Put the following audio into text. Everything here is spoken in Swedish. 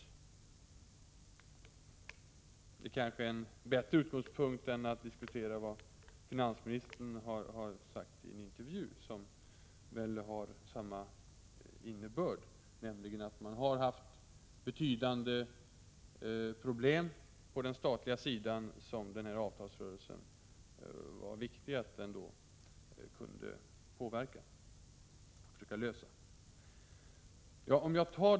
Den frågeställningen kanske är en bättre utgångspunkt för en diskussion än finansministerns uttalande i en intervju, som väl hade i stort sett samma innebörd, nämligen att det funnits betydande problem på den statliga sidan som det var viktigt att avtalsrörelsen kunde påverka och försöka lösa.